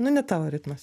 nu ne tavo ritmas